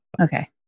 Okay